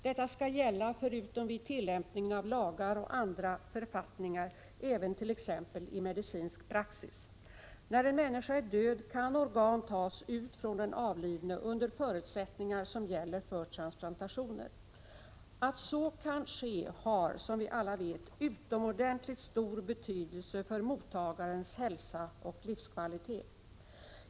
Detta skall gälla förutom vid tillämpningen av lagar och andra författningar även t.ex. i medicinsk praxis. När en människa är död kan organ tas ut från den avlidne under de förutsättningar som gäller för transplantationer. Att så kan ske har — som vi alla vet — utomordentligt stor betydelse för mottagarens hälsa och livskvalitet.